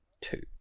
two